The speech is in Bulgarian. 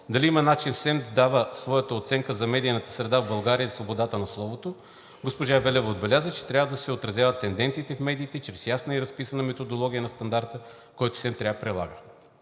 дали има начин СЕМ да дава своята оценка за медиийната среда в България и за свободата на словото. Госпожа Велева отбеляза, че трябва да се отразяват тенденциите в медиите чрез ясна и разписана методология на стандарта, който СЕМ трябва да прилага.